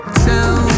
tell